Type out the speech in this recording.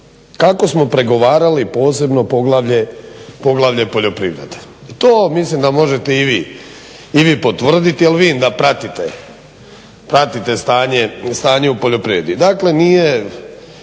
kako smo pregovarali posebno poglavlje poljoprivrede. To mislim da možete i vi potvrditi jer vidim da pratite stanje u poljoprivredi. Dakle nije